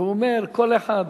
והוא אומר, כל אחד,